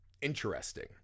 interesting